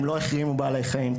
הם לא החרימו בעלי חיים,